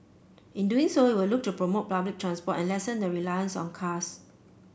in doing so it will look to promote public transport and lessen the reliance on cars